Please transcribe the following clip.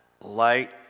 light